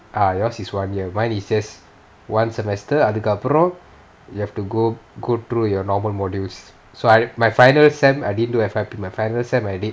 ah yours is one year mine is just one semester அதுக்கு அப்புறம்:athuku appuram you have to go go through your normal modules so I my final semester I didn't do F_Y_P my final semester I did